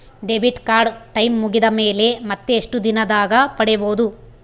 Debit card time ಮುಗಿದ ಮೇಲೆ ಮತ್ತೆ ಎಷ್ಟು ದಿನದಾಗ ಪಡೇಬೋದು?